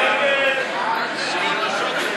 ההסתייגות (8)